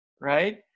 right